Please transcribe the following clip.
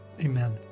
Amen